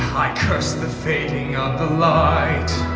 i curse the fading of the light